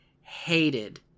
hated